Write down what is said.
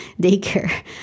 Daycare